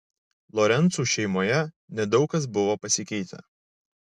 lorencų šeimoje nedaug kas buvo pasikeitę